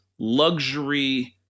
Luxury